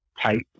type